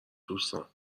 دوستان